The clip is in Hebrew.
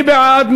מי בעד?